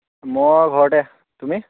মই ঘৰতে তুমি